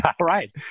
Right